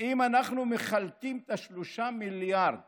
ואם אנחנו מחלקים 3 מיליארד